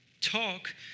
talk